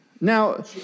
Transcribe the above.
Now